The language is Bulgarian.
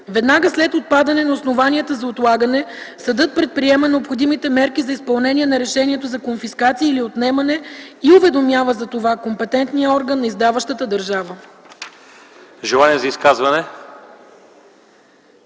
Веднага след отпадане на основанията за отлагане съдът предприема необходимите мерки за изпълнение на решението за конфискация или отнемане и уведомява за това компетентния орган на издаващата държава.” ПРЕДСЕДАТЕЛ